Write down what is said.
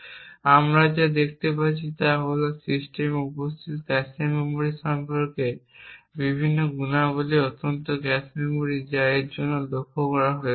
এবং আমরা যা দেখতে পাচ্ছি তা হল সিস্টেমে উপস্থিত ক্যাশে মেমরি সম্পর্কে বিভিন্ন গুণাবলী অন্তত ক্যাশে মেমরি যা এর জন্য লক্ষ্য করা হয়েছে